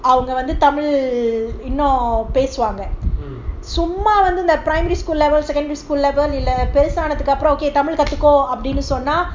அவங்கவந்துதமிழ்இன்னும்பேசுவாங்கசும்மா:avanga vandhu tamil innum pesuvanga summa primary school level secondary school level அப்புறம்தமிழ்கத்துக்கோங்கஅப்டினுசொன்னா:apuram tamil kathukonga apdinu sonna